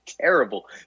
terrible